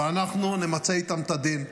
ואנחנו נמצה איתם את הדין.